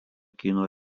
kino